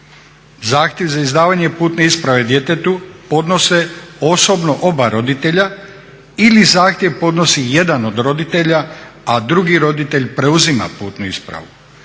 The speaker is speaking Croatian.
Zahtjev za izdavanje putne isprave djetetu podnose osobno oba roditelja ili zahtjev podnosi jedan od roditelja a drugi roditelj preuzima putnu ispravu.